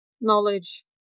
knowledge